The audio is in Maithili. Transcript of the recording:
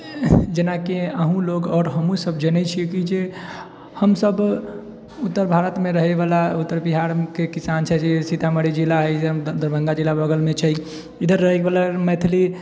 जेनाकि अहुँ लोग आओर हमसब जनै छिऐ कि जे हमसब उत्तर भारतमे रहए वाला उत्तर बिहारके किसान छै जे सीतामढ़ी जिला अहि जे दरभङ्गा जिलाके बगलमे छै इधर रहए वाला मैथिली